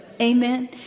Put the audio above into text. Amen